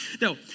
No